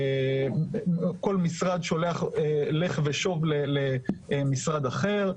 כל משרד שולח לך ושוב למשרד אחר.